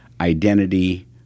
identity